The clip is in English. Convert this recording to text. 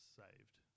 saved